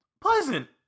pleasant